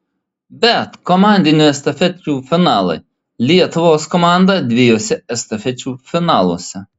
bet komandinių estafečių finalai lietuvos komanda dviejuose estafečių finaluose